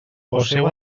poseu